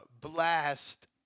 blast